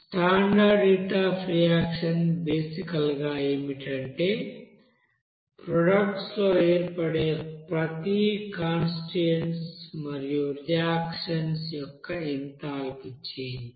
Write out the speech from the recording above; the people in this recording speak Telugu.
స్టాండర్డ్ హీట్ అఫ్ రియాక్షన్ బేసికల్ గా ఏమిటంటే ప్రొడక్ట్స్ లో ఏర్పడే ప్రతి కాన్స్టిట్యూయెంట్స్ మరియు రియాక్టన్స్ యొక్క ఎంథాల్పీ చేంజ్